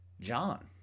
John